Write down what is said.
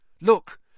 Look